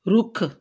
ਰੁੱਖ